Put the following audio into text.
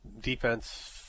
defense